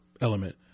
element